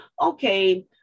okay